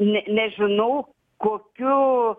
ne nežinau kokiu